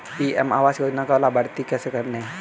PM आवास योजना का लाभर्ती कैसे बनें?